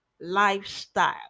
lifestyle